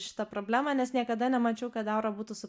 šitą problemą nes niekada nemačiau kad aura būtų su